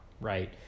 right